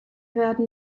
werden